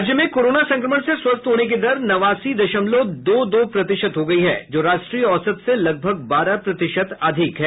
राज्य में कोरोना संक्रमण से स्वस्थ होने की दर नवासी दशमलव दो दो प्रतिशत हो गई है जो राष्ट्रीय औसत से लगभग बारह प्रतिशत अधिक है